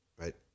Right